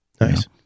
Nice